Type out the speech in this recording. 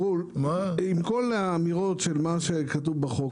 עם כל מה שכתוב בחוק,